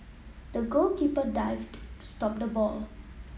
the goalkeeper dived to stop the ball